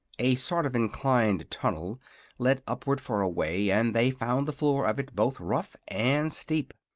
a sort of inclined tunnel led upward for a way, and they found the floor of it both rough and steep.